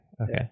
Okay